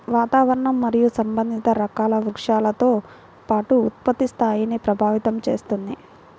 వాతావరణం మరియు సంబంధిత రకాల వృక్షాలతో పాటు ఉత్పత్తి స్థాయిని ప్రభావితం చేస్తుంది